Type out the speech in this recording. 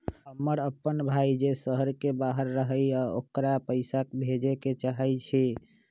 हमर अपन भाई जे शहर के बाहर रहई अ ओकरा पइसा भेजे के चाहई छी